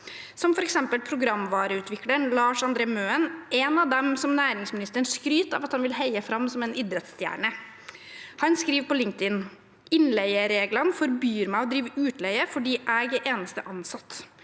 som f.eks. programvareutvikleren Lars André Møen, en av de som næringsministeren skryter av at han vil heie fram som en idrettsstjerne. Han skriver på LinkedIn: Innleiereglene forbyr meg å drive utleie fordi jeg er eneste ansatte.